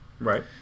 Right